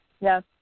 Yes